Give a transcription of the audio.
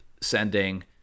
sending